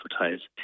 advertise